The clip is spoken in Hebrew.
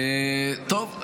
טוב,